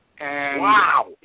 Wow